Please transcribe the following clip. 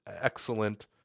excellent